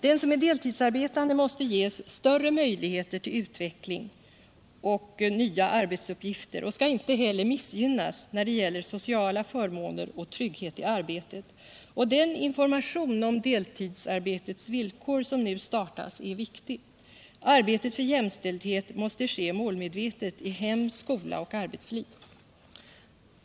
Den som är deltidsarbetande måste ges större möjligheter till utveckling och nya arbetsuppgifter och skall inte heller missgynnas när det gäller sociala förmåner och trygghet i arbetet. Den information om deltidsarbetets villkor som nu startas är viktig. Arbetet för jämställdhet måste ske målmedvetet i hem, skola och arbetsliv.